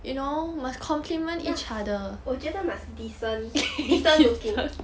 ya 我觉得 must decent decent looking